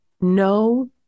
No